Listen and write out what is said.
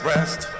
Rest